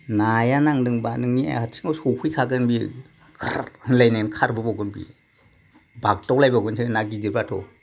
नाया नांदोंबा नोंनि आथिंआव सौफैखागोन बेयो खेरर होनलायनाय खारबोबावगोन बेयो बावग्दावलायबावगोनसो ना गिदिरबाथ'